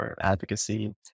advocacy